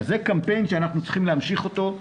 זה קמפיין שאנחנו צריכים להמשיך אותו.